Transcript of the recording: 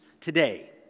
Today